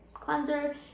cleanser